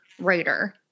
writer